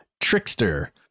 trickster